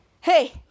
hey